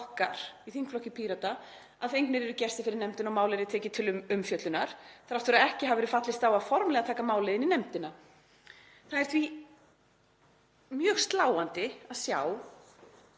í þingflokki Pírata, að fengnir yrðu gestir fyrir nefndina og að málið yrði tekið til umfjöllunar þrátt fyrir að ekki hafi verið fallist á það formlega að taka málið inn í nefndina. Það er því mjög sláandi að sjá